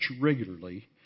regularly